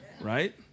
Right